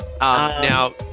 Now